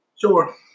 Sure